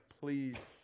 please